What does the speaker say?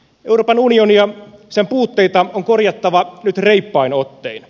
euroopan unionia sen puutteita on korjattava nyt reippain ottein